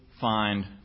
find